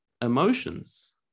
emotions